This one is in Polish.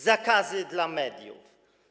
Zakazy dla mediów.